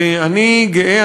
ואני גאה,